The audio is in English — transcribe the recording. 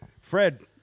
Fred